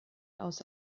aus